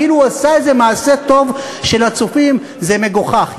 כאילו הוא עשה איזה מעשה טוב של "הצופים" זה מגוחך.